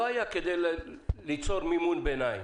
לא היה כדי ליצור מימון ביניים.